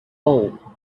hole